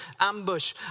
ambush